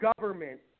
government